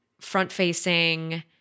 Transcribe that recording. front-facing